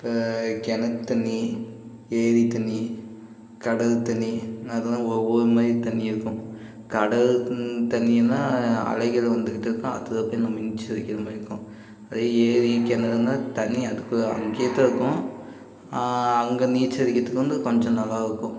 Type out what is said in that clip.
இப்போ கிணத்துத் தண்ணி ஏரித் தண்ணி கடல் தண்ணி நான் அதெல்லாம் ஒவ்வொரு மாதிரி தண்ணி இருக்கும் கடல் தண்ணின்னால் அலைகள் வந்துக்கிட்டிருக்கும் அதில் போய் நம்ம நீச்சலடிக்கிற மாதிரி இருக்கும் அதே ஏரி கிணறுனா தண்ணி அதுக்கு அங்கேயே தான் இருக்கும் அங்கே நீச்சல் அடிக்கிறதுக்கு வந்து கொஞ்சம் நல்லாயிருக்கும்